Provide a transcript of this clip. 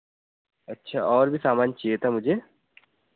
अच्छा और भी सामान चाहिए था मुझे